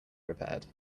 prepared